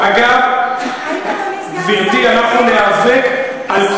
אגב, האם